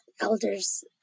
elders